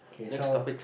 okay so